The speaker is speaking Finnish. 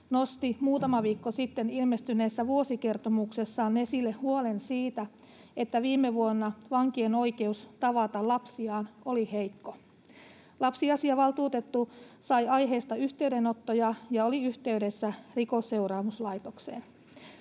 nosti muutama viikko sitten ilmestyneessä vuosikertomuksessaan esille huolen siitä, että viime vuonna vankien oikeus tavata lapsiaan oli heikko. Lapsiasiavaltuutettu sai aiheesta yhteydenottoja ja oli yhteydessä Rikosseuraamuslaitokseen.